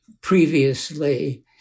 previously